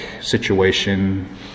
situation